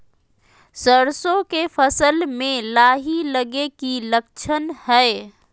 सरसों के फसल में लाही लगे कि लक्षण हय?